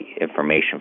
information